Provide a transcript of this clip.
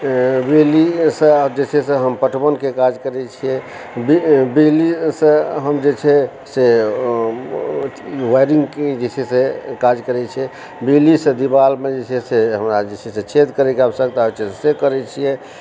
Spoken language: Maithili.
बिजलियएसँ जे छै से हम पटवनके काज करय छियै बिजलीसे हम जे छै से वायरिंगके जे चाही से काज करय छियै बिजलीसँ दिवालमे जे छै से हमरा जे छै से छेद करयके आवश्यकता छै से करय छियै